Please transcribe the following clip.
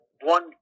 one